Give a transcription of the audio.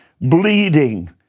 bleeding